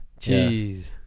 Jeez